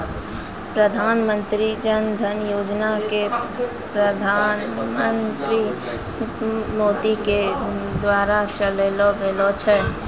प्रधानमन्त्री जन धन योजना के प्रधानमन्त्री मोदी के द्वारा चलैलो गेलो रहै